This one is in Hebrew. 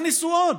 אל תכניסו עוד.